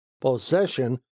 possession